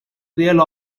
real